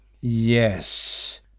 Yes